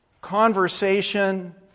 conversation